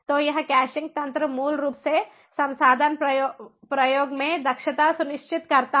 तो यह कैशिंग तंत्र मूल रूप से संसाधन प्रयोग में दक्षता सुनिश्चित करता है